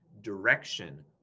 direction